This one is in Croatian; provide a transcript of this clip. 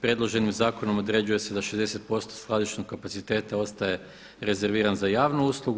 Predloženim zakonom određuje se da 60% skladišnog kapaciteta ostaje rezerviran za javnu uslugu.